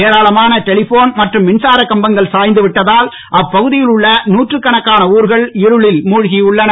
ஏராளமான டெலிபோன் மற்றும் மின்சாரக் கம்பங்கள் சாய்ந்து விட்டதால் அப்பகுதியில் உள்ள நூற்றுக்கணக்கான ம்னர்கள் இருளில் மூழ்கியுள்ளன